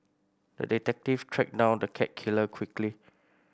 the detective tracked down the cat killer quickly